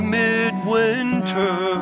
midwinter